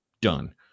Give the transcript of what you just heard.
done